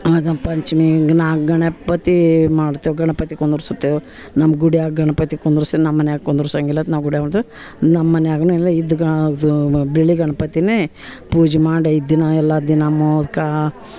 ಅದು ಪಂಚಮಿ ನಾಗ ಗಣಪತಿ ಮಾಡ್ತೇವೆ ಗಣಪತಿ ಕುಂದರ್ಸ್ತೇವೆ ನಮ್ಮ ಗುಡಿಯಾಗ ಗಣಪತಿ ಕುಂದರ್ಸಿ ನಮ್ಮ ಮನಿಯಾಗ ಕುಂದರ್ಸಂಗಿಲ್ಲ ನಾವು ಗುಡಿಯಾಗ ನಮ್ಮ ಮನಿಯಾಗೂ ಇಲ್ಲ ಇದ್ದ ಬೆಳ್ಳಿ ಗಣಪತಿನೇ ಪೂಜೆ ಮಾಡಿ ಐದು ದಿನ ಎಲ್ಲ ದಿನ ಮೋದಕ